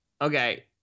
Okay